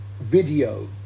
video